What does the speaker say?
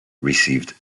received